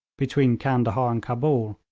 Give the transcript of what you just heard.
between candahar and cabul,